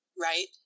right